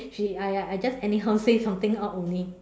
she !aiya! I just anyhow say something out only